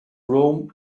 rome